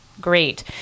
Great